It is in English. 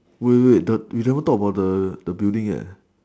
wait wait wait the we still haven't talk about the the building yet